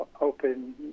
open